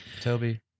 Toby